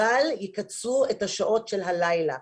אבל יקצרו את השעות של הלילה.